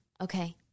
okay